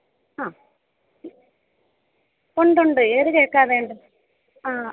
അ ഉണ്ട് ഉണ്ട് ഏത് കേക്കാണ് വേണ്ടത് ആ